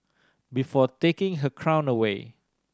before taking her crown away